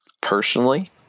personally